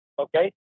okay